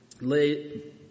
lay